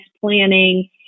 planning